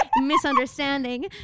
misunderstanding